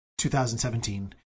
2017